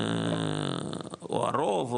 או הרוב,